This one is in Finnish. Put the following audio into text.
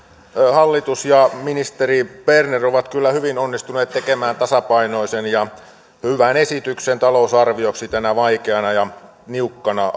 hallitus ja ministeri berner ovat kyllä hyvin onnistuneet tekemään tasapainoisen ja hyvän esityksen talousarvioksi tänä vaikeana ja niukkana